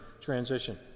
transition